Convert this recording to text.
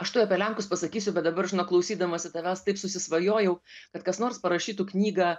aš tuoj apie lenkus pasakysiu bet dabar žinok klausydamasi tavęs taip susisvajojau kad kas nors parašytų knygą